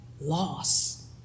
loss